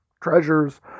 treasures